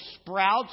sprouts